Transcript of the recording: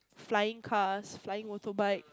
flying cars flying motorbike